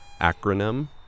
Acronym